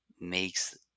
makes